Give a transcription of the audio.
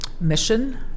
mission